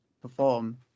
perform